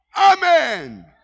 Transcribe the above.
Amen